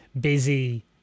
busy